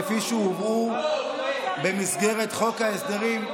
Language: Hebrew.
כפי שהובאו במסגרת חוק ההסדרים.